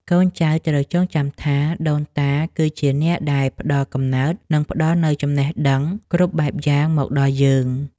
កូនចៅត្រូវចងចាំថា ដូនតាគឺជាអ្នកដែលផ្តល់កំណើត និងផ្តល់នូវចំណេះដឹងគ្រប់បែបយ៉ាងមកដល់យើង។